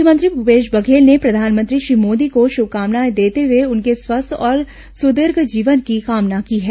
मुख्यमंत्री भूपेश बघेल ने प्रधानमंत्री श्री मोदी को शुभकामनाएं देते हुए उनके स्वस्थ और सुदीर्घ जीवन की कामना की है